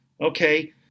Okay